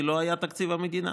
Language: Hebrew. כי לא היה תקציב מדינה.